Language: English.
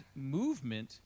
movement